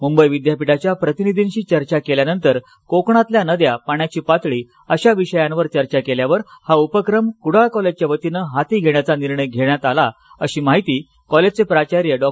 मुंबई विद्यापीठाच्या प्रतिनिधींशी चर्चा केल्यानंतर कोकणातल्या नद्या पाण्याची पातळी अशा विषयावर चर्चा केल्यानंतर हा उपक्रम कुडाळ कॉलेजच्या वतीनं हाती घेण्याचा निर्णय घेण्यात आला असल्याची माहिती कॉलेजचे प्राचार्य डॉ